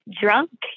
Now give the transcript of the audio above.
drunk